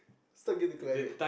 stuck in the climax